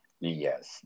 Yes